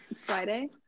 Friday